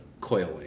coiling